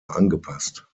angepasst